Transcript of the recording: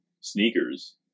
sneakers